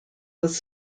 was